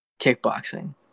kickboxing